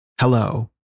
Hello